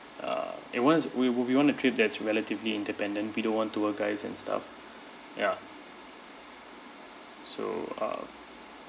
uh it was we we we want a trip that's relatively independent we don't want tour guides and stuff ya so um